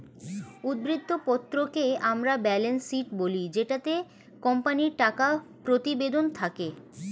উদ্ধৃত্ত পত্রকে আমরা ব্যালেন্স শীট বলি জেটাতে কোম্পানির টাকা প্রতিবেদন থাকে